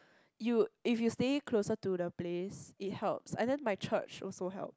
you if you stay closer to the place it helps and then my church also help